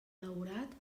daurat